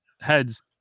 heads